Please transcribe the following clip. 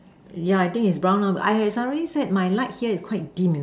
yeah I think is brown lor but I sorry said my light here is quite dim you know